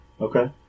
okay